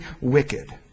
wicked